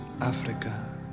Africa